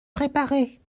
préparer